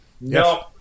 No